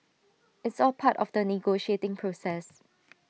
it's all part of the negotiating process